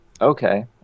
Okay